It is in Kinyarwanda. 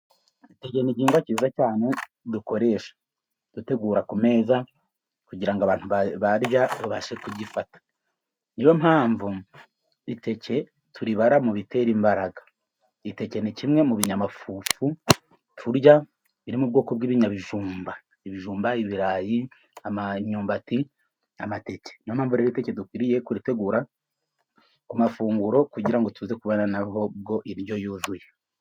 Iteke ni igihingwa cyiza cyane, dukoresha dutegura ku meza kugira abantu barya babashe kugifata, ni yo mpamvu iteke turibara mu bitera imbaraga. Iteke ni kimwe mu binyamafufu turya biri mu bwoko bw'ibinyabijumba, ibijumba, ibirayi ,imyumbati ,amateke ni yo mpamvu rero dukwiriye kuritegura ku mafunguro ,kugira ngo tuze kubona na bwo indyo yuzuye.